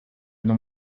non